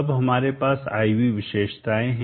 अब हमारे पास I V विशेषताएँ हैं